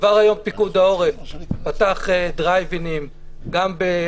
כבר היום פיקוד העורף פתח דרייב אין גם בערד,